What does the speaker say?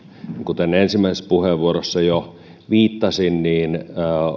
kuten ensimmäisessä puheenvuorossani jo viittasin euroopassa